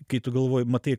kai tu galvoji matai